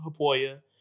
Hapoya